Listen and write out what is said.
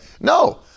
No